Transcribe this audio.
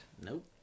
Nope